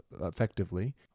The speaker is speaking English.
effectively